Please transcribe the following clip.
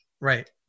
Right